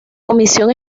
comisión